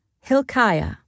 Hilkiah